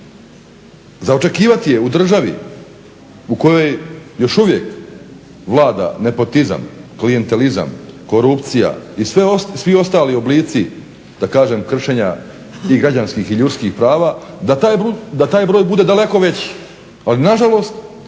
Za očekivati je u državi u kojoj još uvijek vlada nepotizam, klijentelizam, korupcija i svi ostali oblici da kažem kršenja tih građanskih i ljudskih prava da taj broj bude daleko veći.